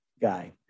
guy